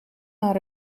naar